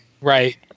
Right